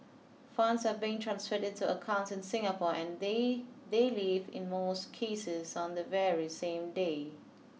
funds are being transferred into accounts in Singapore and they they leave in most cases on the very same day